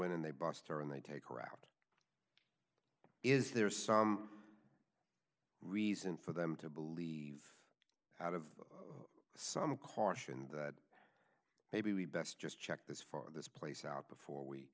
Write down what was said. in and they bust her and they take her out is there some reason for them to believe out of some caution that maybe we best just check this for this place out before we